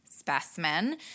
specimen